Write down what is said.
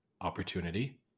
opportunity